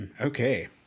Okay